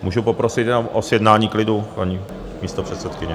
Můžu poprosit jenom o sjednání klidu, paní místopředsedkyně?